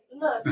look